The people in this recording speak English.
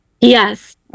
Yes